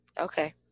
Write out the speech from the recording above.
Okay